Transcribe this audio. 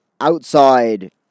outside